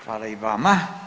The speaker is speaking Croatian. Hvala i vama.